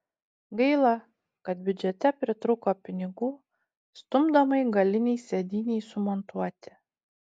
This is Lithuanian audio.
gaila kad biudžete pritrūko pinigų stumdomai galinei sėdynei sumontuoti